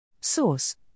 Source